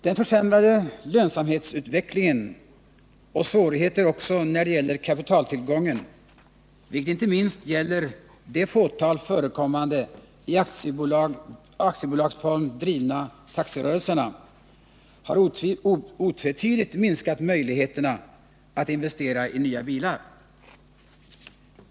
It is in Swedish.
Den försämrade lönsamhetsutvecklingen och svårigheter också när det gäller kapitaltillgången, vilket inte minst gäller det fåtal förekommande i aktiebolagsform drivna taxirörelserna, har otvetydigt minskat möjligheterna att investera i nya bilar.